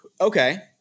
Okay